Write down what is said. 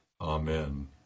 Amen